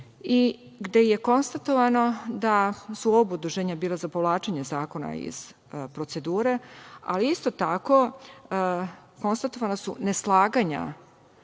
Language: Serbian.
i gde je konstatovano da su oba udruženja bila za povlačenje zakona iz procedure, ali isto tako konstatovana su neslaganja